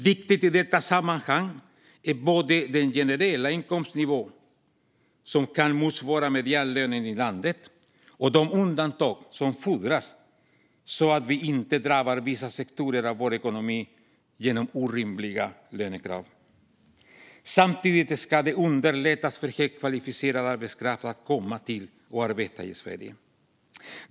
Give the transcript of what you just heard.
Viktigt i detta sammanhang är både den generella inkomstnivån, som ska motsvara medianlönen i landet, och de undantag som fordras så att vi inte drabbar vissa sektorer av vår ekonomi med orimliga lönekrav. Samtidigt ska det underlättas för högkvalificerad arbetskraft att komma till och arbeta i Sverige.